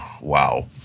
wow